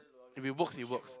if it works it works